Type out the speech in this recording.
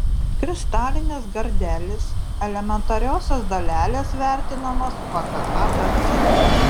kristalinės gardelės elementariosios dalelės vertinamos pagal a b c